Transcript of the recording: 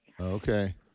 Okay